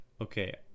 Okay